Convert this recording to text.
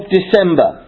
December